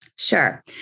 Sure